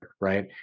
right